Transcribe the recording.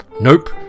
Nope